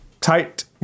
tight